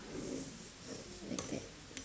like that